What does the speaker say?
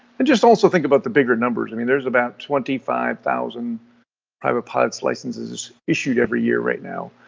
and just also think about the bigger numbers. i mean, there's about twenty five thousand private pilots licenses issued every year right now.